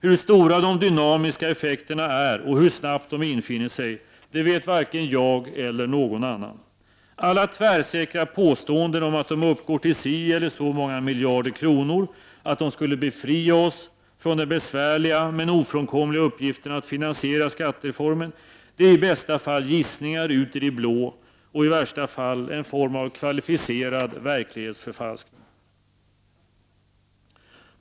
Hur stora de dynamiska effekterna är och hur snabbt de infinner sig, det vet varken jag eller någon annan. Alla tvärsäkra påståenden om att de uppgår till si eller så många miljarder kronor, att de skulle befria oss från den besvärliga men ofrånkomliga uppgiften att finansiera skattereformen är i bästa fall gissningar ut i det blå och i värsta fall en form av kvalificerad verklighetsförfalskning.